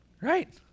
Right